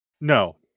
no